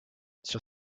sur